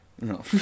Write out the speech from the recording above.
No